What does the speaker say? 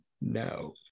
no